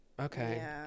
Okay